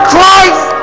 Christ